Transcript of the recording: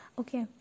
okay